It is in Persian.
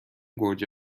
گوجه